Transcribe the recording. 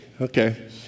Okay